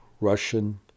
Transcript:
Russian